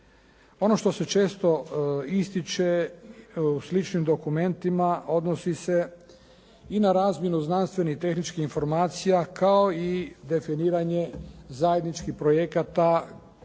Ono što se često ističe u sličnim dokumentima odnosi se i na razmjenu znanstvenih i tehničkih informacija kao i definiranje zajedničkih projekata te